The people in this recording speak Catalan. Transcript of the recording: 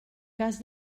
cas